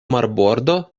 marbordo